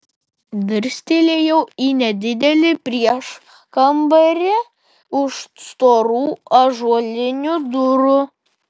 dirstelėjau į nedidelį prieškambarį už storų ąžuolinių durų